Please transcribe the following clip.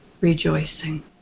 rejoicing